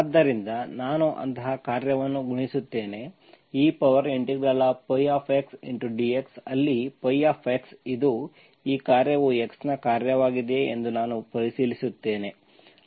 ಆದ್ದರಿಂದ ನಾನು ಅಂತಹ ಕಾರ್ಯವನ್ನು ಗುಣಿಸುತ್ತೇನೆ ex dx ಅಲ್ಲಿ x ಇದು ಈ ಕಾರ್ಯವು x ನ ಕಾರ್ಯವಾಗಿದೆಯೇ ಎಂದು ನಾನು ಪರಿಶೀಲಿಸುತ್ತೇನೆ